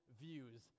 views